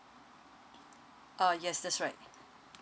uh yes that's right